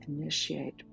initiate